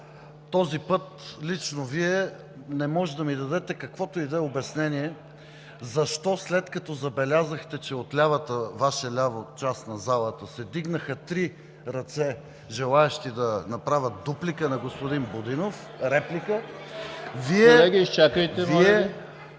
този път лично Вие не можете да ми дадете каквото и да е обяснение защо, след като забелязахте, че от Ваша лява част на залата се вдигнаха три ръце, желаещи да направят реплика на господин Будинов… (Шум и